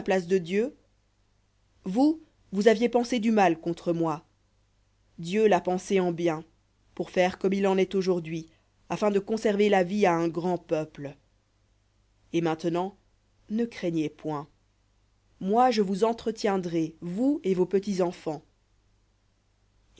de dieu vous vous aviez pensé du mal contre moi dieu l'a pensé en bien pour faire comme il en est aujourd'hui afin de conserver la vie à un grand peuple et maintenant ne craignez point moi je vous entretiendrai vous et vos